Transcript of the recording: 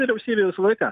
vyriausybė visą laiką